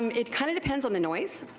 um it kind of depends on the noise,